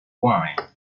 wind